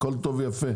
הכול טוב ויפה,